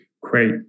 Great